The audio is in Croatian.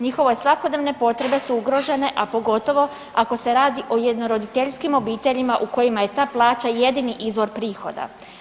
Njihove svakodnevne potrebe su ugrožene, a pogotovo ako se radi o jednoroditeljskim obiteljima u kojima je ta plaća jedini izvor prihoda.